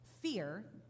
fear